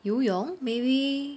游泳 maybe